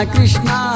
Krishna